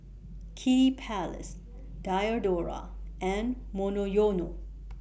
Kiddy Palace Diadora and Monoyono